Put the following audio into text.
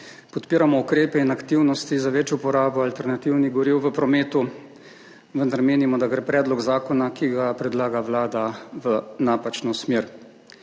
Podpiramo ukrepe in aktivnosti za večjo uporabo alternativnih goriv v prometu, vendar menimo, da gre predlog zakona, ki ga predlaga Vlada, v napačno smer.